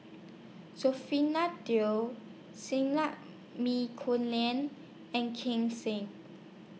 Teo and Ken Sing